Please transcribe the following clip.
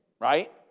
right